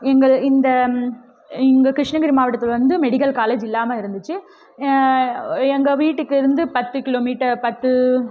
எங்கள் இந்த இங்கே கிருஷ்ணகிரி மாவட்டத்துக்கு வந்து மெடிக்கல் காலேஜ் இல்லாமல் இருந்துச்சு எங்கள் வீட்டுக்கு இருந்து பத்து கிலோமீட்டர் பத்து